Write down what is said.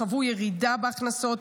חוו ירידה בהכנסות,